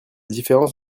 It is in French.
différence